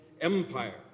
empire